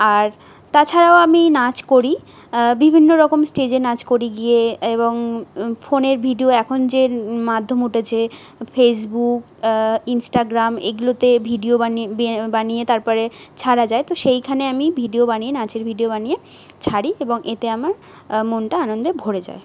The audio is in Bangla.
আর তাছাড়াও আমি নাচ করি বিভিন্ন রকম স্টেজে নাচ করি গিয়ে এবং ফোনের ভিডিও এখন যে মাধ্যম উঠেছে ফেসবুক ইনস্টাগ্রাম এগুলোতে ভিডিও বানিয়ে বানিয়ে তারপরে ছাড়া যায় তো সেইখানে আমি ভিডিও বানিয়ে নাচের ভিডিও বানিয়ে ছাড়ি এবং এতে আমার মনটা আনন্দে ভরে যায়